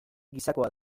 gisakoa